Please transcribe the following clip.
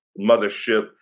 mothership